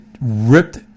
ripped